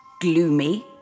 Gloomy